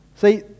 see